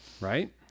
right